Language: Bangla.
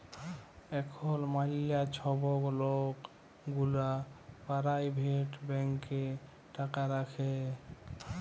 এখল ম্যালা ছব লক গুলা পারাইভেট ব্যাংকে টাকা রাখে